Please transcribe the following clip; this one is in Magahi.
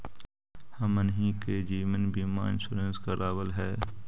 हमनहि के जिवन बिमा इंश्योरेंस करावल है?